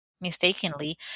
mistakenly